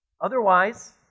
Otherwise